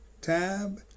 tab